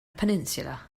peninsula